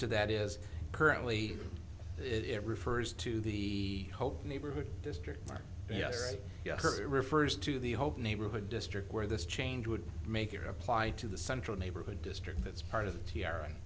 to that is currently it refers to the whole neighborhood district yes it refers to the whole neighborhood district where this change would make your apply to the central neighborhood district that's part of the t r a